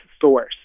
Source